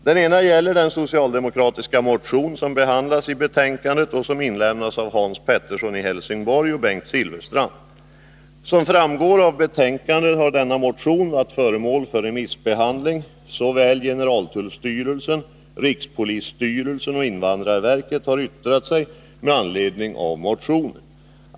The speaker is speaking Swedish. Den ena frågan gäller den socialdemokratiska motion som behandlas i betänkandet och som inlämnats av Hans Pettersson i Helsingborg och Bengt Silfverstrand. Som framgår av betänkandet har denna motion varit föremål för remissbehandling. Såväl generaltullstyrelsen och rikspolisstyrelsen som invandrarverket har yttrat sig med anledning av motionen.